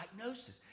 diagnosis